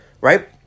right